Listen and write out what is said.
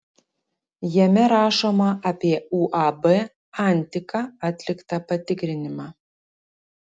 jame rašoma apie uab antika atliktą patikrinimą